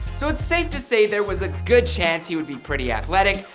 so it's safe to say there was a good chance he would be pretty athletic.